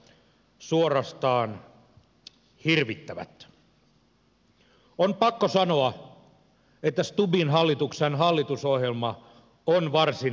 on pakko sanoa että stubbin hallituksen hallitusohjelma on varsin paradoksaalinen